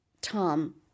Tom